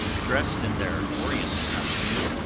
dressed in their oriental costumes,